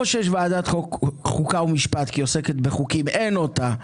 או שיש ועדת חוקה ומשפט כי היא עוסקת בחוקים אבל משאין אותה,